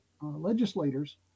legislators